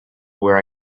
where